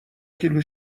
کیلو